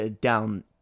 down